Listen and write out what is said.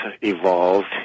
evolved